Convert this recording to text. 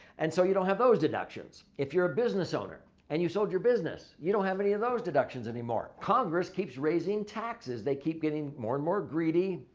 and so, you don't have those deductions. if you're a business owner and you sold your business, you don't have any of those deductions anymore. congress keeps raising taxes. they keep getting more and more greedy.